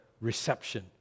reception